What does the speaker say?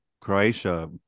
Croatia